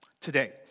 today